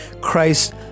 Christ